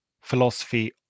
philosophy